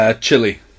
Chili